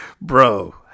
Bro